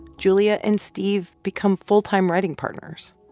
julia and steve become full-time writing partners.